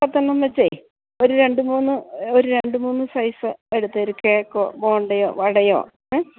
പത്തെണ്ണം വച്ചു ഒരു രണ്ടു മൂന്നു ഒരു രണ്ടു മൂന്നു സൈസ് എടുത്തേര് കേക്കോ ബോണ്ടയോ വടയോ ഏ